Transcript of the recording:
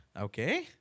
Okay